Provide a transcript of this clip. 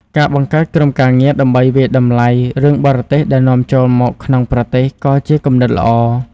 ការបង្កើតក្រុមការងារដើម្បីវាយតម្លៃរឿងបរទេសដែលនាំចូលមកក្នុងប្រទេសក៏ជាគំនិតល្អ។